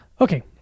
Okay